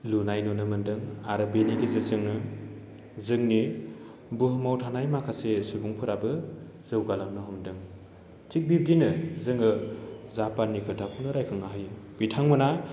लुनाय नुनो मोनदों आरो बेनि गेजेरजोंनो जोंनि बुहुमाव थानाय माखासे सुबुंफोराबो जौगालांनो हमदों थिग बिदिनो जोङो जापाननि खोथाखौनो रायखांनो हायो बिथांमोनहा